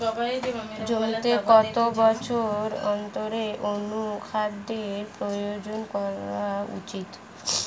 জমিতে কত বছর অন্তর অনুখাদ্য প্রয়োগ করা উচিৎ?